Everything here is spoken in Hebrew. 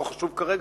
לא חשוב כרגע,